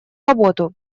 работу